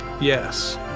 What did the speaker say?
Yes